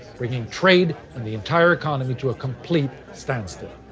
bringing trade and the entire economy to a complete standstill.